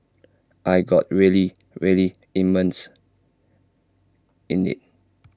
I got really really immersed in IT